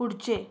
पुढचे